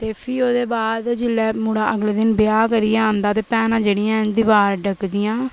ते फ्ही ओह्दे बाद जेल्लै मुड़ा अगले दिन ब्याह् करियै आंदा ते भैनां जेह्ड़ियां हैन दीवार डकदियां